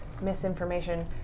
misinformation